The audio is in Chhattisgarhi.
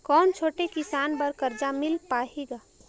कौन छोटे किसान बर कर्जा मिल पाही ग?